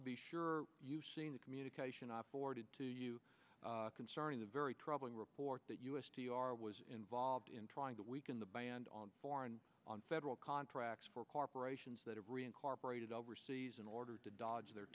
to be sure you seen the communication i boarded to you concerning the very troubling report that u s t r was involved in trying to weaken the band on foreign on federal contracts for corporations that are reincorporated overseas in order to dodge their